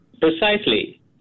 Precisely